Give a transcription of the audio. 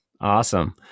Awesome